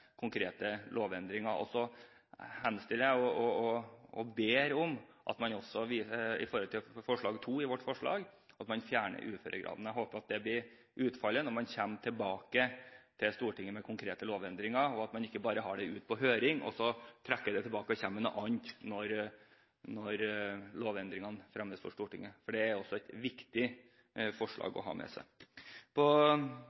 konkrete forslag til lovendringer forelagt Stortinget. Når det gjelder vårt forslag nr. 2, henstiller og ber jeg om at man også fjerner kravet til uføregrad. Jeg håper det blir utfallet når man kommer tilbake til Stortinget med konkrete forslag til lovendringer, og at man ikke bare sender det ut på høring, for så å trekke det tilbake og komme med noe annet når forslagene til lovendringer fremmes for Stortinget, for det er også et viktig forslag